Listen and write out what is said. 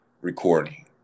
recording